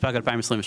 התשפ"ג-2023